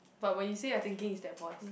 but when you said I thinking is that voice